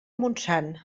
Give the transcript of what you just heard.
montsant